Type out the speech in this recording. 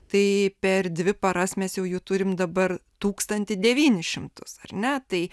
tai per dvi paras mes jau jų turim dabar tūkstantį devynis ar ne tai